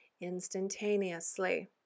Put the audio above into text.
instantaneously